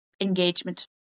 engagement